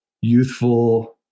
youthful